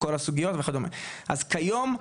כל הסוגיות וכדומה, אז כיום,